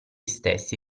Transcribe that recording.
stessi